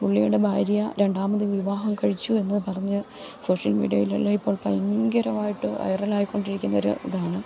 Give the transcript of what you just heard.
പുള്ളിയുടെ ഭാര്യ രണ്ടാമത് വിവാഹം കഴിച്ചു എന്ന് പറഞ്ഞ് സോഷ്യൽ മീഡയിലുള്ള ഇപ്പോൾ ഭയങ്കരമായിട്ട് വയറലായിക്കൊണ്ടിരിക്കുന്നൊ ഒരു ഇതാണ്